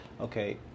okay